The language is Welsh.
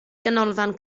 ganolfan